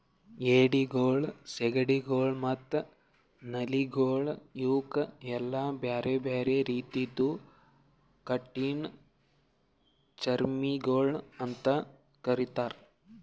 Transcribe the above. ಏಡಿಗೊಳ್, ಸೀಗಡಿಗೊಳ್ ಮತ್ತ ನಳ್ಳಿಗೊಳ್ ಇವುಕ್ ಎಲ್ಲಾ ಬ್ಯಾರೆ ಬ್ಯಾರೆ ರೀತಿದು ಕಠಿಣ ಚರ್ಮಿಗೊಳ್ ಅಂತ್ ಕರಿತ್ತಾರ್